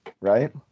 right